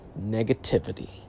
negativity